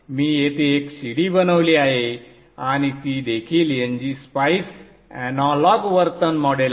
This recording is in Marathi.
मी येथे एक शिडी बनवली आहे आणि ती देखील ngSpice एनालॉग वर्तन मॉडेल आहे